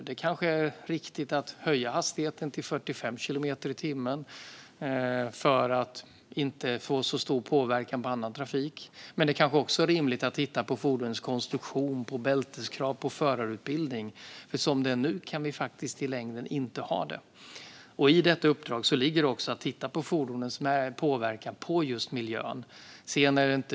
Det kanske är riktigt att höja hastigheten till 45 kilometer i timmen för att inte få så stor påverkan på annan trafik, men det kanske också är riktigt att titta på fordonens konstruktion, på bälteskrav och på förarutbildning. Så som det är nu kan vi faktiskt inte ha det i längden. I detta uppdrag ligger också att titta på fordonens påverkan på miljön.